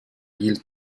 gilt